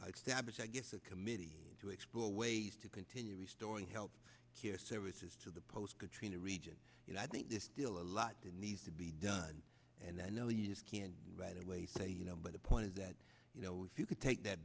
establish i guess a committee to explore ways to continue restoring health care services to the post katrina region and i think there's still a lot that needs to be done and i know you just can't right away say you know but the point is that you know if you could take that